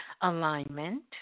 alignment